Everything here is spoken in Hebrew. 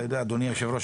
אתה יודע אדוני היושב-ראש,